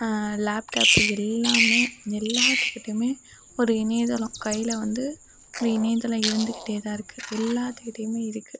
laptop எல்லாமே எல்லாத்துக்கிட்டையுமே ஒரு இணையதளம் கையில வந்து ஒரு இணையதளம் இருந்துக்கிட்டேதான் இருக்கு எல்லாத்துக்கிட்டையுமே இருக்கு